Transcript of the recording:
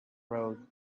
road